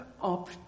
up